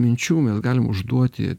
minčių mes galim užduoti